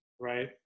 right